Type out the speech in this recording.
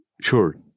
sure